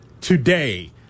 today